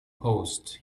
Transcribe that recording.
post